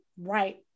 right